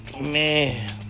Man